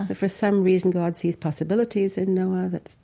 but for some reason, god sees possibilities in noah,